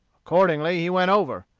accordingly he went over,